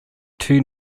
two